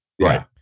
Right